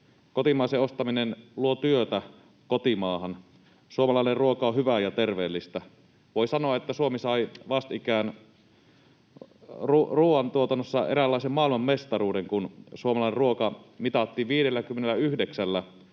Kotimaisen ostaminen luo työtä kotimaahan. Suomalainen ruoka on hyvää ja terveellistä. Voi sanoa, että Suomi sai vastikään ruoantuotannossa eräänlaisen maailmanmestaruuden, kun suomalainen ruoka mitattiin 59